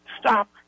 stop